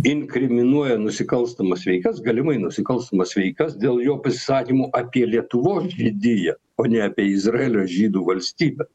inkriminuoja nusikalstamas veikas galimai nusikalstamas veikas dėl jo pasisakymų apie lietuvos žydiją o ne apie izraelio žydų valstybę